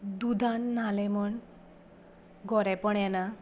दुदांत न्हालें म्हूण गोरेंपण येना